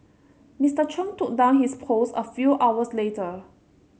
Mister Chung took down his post a few hours later